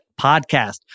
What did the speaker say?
podcast